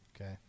Okay